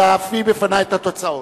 נא להביא לפני את התוצאות.